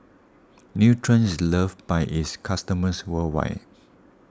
Nutren is loved by its customers worldwide